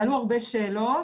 עלו הרבה שאלות.